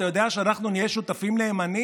אתה יודע שאנחנו שותפים נאמנים,